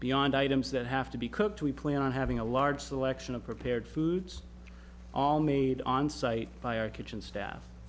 beyond items that have to be cooked we plan on having a large selection of prepared foods all made on site by our kitchen